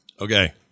Okay